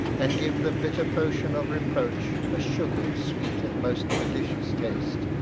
and give the bitter potion of reproach, a sugared, sweet and most delicious taste.